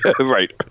Right